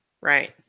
right